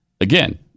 again